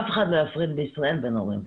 אף אחד לא יפריד בישראל בין הורים לילדים.